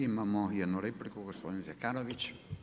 Imamo jednu repliku gospodin Zekanović.